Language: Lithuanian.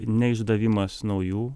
neišdavimas naujų